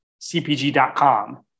cpg.com